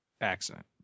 accident